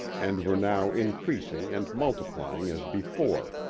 and were now increasing and multiplying as before,